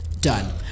done